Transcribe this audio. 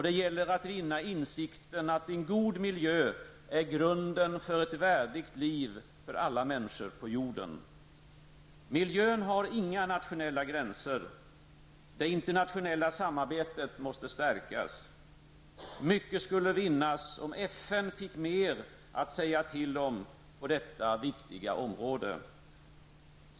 Det gäller att vinna insikten att en god miljö är grunden för ett värdigt liv för alla människor på jorden. Miljön har inga nationella gränser. Det internationella samarbetet måste stärkas. Mycket skulle vinnas om FN fick mer att säga till om på detta viktiga område.